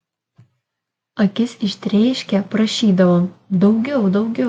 akis ištrėškę prašydavom daugiau daugiau